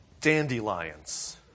dandelions